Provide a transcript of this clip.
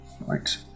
right